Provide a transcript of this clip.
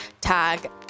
tag